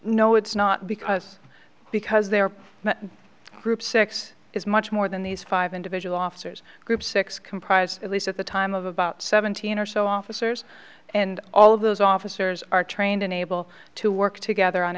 no it's not because because their group six is much more than these five individual officers group six comprise at least at the time of about seventeen or so officers and all of those officers are trained in able to work together on